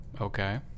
Okay